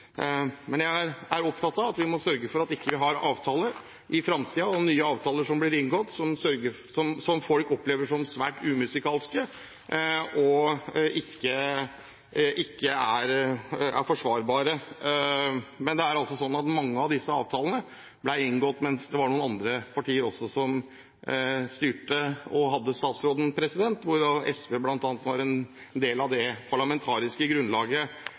men at man definitivt ikke skal være den som går foran og trekker det generelle lønnsnivået opp. Jeg er opptatt av at vi må sørge for at vi ikke har avtaler i framtiden, nye avtaler som blir inngått, som folk opplever som svært umusikalske, og som ikke kan forsvares. Det er altså slik at mange av disse avtalene ble inngått mens det var noen andre partier som styrte og hadde statsråden, hvorav bl.a. SV var en del av det parlamentariske grunnlaget.